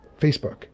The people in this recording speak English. Facebook